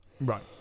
Right